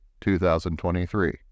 2023